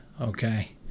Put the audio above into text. okay